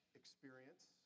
experience